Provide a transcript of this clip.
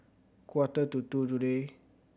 quarter to two today